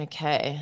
Okay